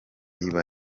iba